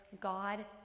god